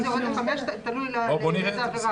תלוי איזו עבירה.